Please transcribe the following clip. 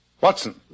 Watson